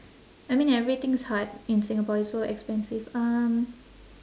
I mean everything's hard in singapore it's so expensive um